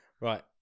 Right